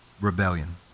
Rebellion